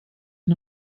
den